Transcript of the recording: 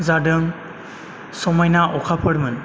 जादों समायना अखाफोरमोन